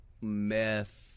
meth